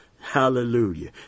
Hallelujah